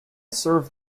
serve